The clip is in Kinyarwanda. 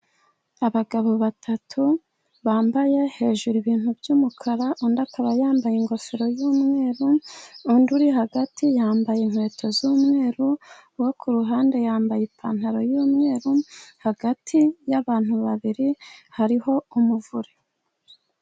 Abagabo batatu bambaye hejuru ibintu by’umukara, undi akaba yambaye ingofero y’umweru, undi uri hagati yambaye inkweto z’umweru, uwo ku ruhande yambaye ipantaro y’umweru. Hagati y’abantu babiri hariho umuvure.